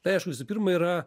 tai aišku visų pirma yra